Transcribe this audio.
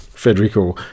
Federico